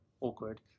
awkward